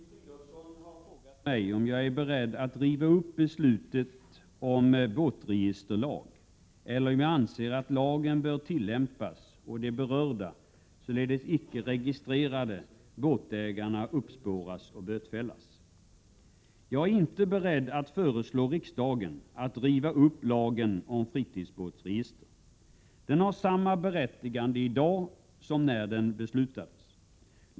Herr talman! Filip Fridolfsson har frågat mig om jag är beredd att riva upp beslutet om båtregisterlag, eller om jag anser att lagen bör tillämpas och de berörda — således icke-registrerade — båtägarna uppspåras och bötfällas. Jag är inte beredd att föreslå riksdagen att riva upp lagen om fritidsbåtregister. Den har samma berättigande i dag som när den beslutades.